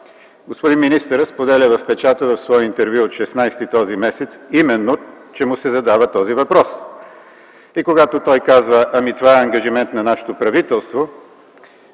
Господин министърът споделя в печата в свое интервю от 16-и т.м. именно, че му се задава този въпрос и когато той казва: „Ами това е ангажимент на нашето правителство”,